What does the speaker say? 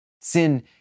Sin